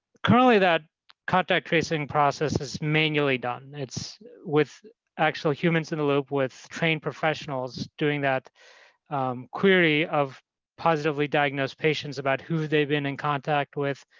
currently, that contact tracing process is manually done. it's with actual humans in the loop with trained professionals doing that query of positively diagnosed patients about who they've been in contact with,